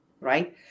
right